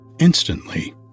Instantly